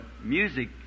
music